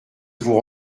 vous